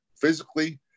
physically